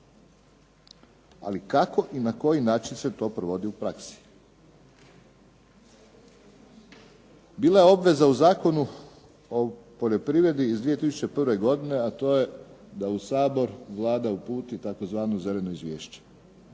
Ali kako i na koji način se to provodi u praksi? Bila je obveza u Zakonu o poljoprivredi iz 2001. godine, a to je da u Sabor Vlada uputi tzv. zeleno izvješće.